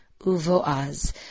Uvoaz